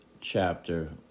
chapter